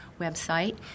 website